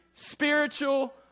Spiritual